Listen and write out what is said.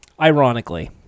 Ironically